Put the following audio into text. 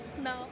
No